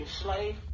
slave